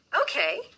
Okay